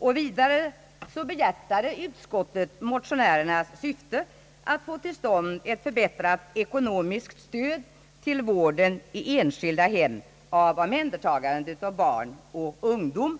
Utskottet behjärtade vidare motionärernas syfte att få till stånd ett förbättrat ekonomiskt stöd till vården i enskilda hem och omhändertagandet av barn och ungdom.